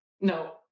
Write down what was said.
no